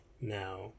Now